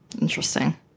Interesting